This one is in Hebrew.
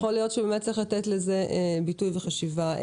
יכול להיות שבאמת צריך לתת לזה ביטוי וחשיבה.